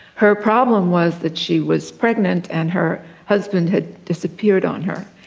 her problem was that she was pregnant and her husband had disappeared on her.